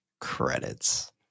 credits